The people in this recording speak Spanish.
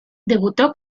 debutó